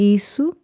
Isso